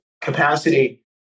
capacity